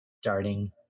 starting